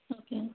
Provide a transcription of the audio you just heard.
okay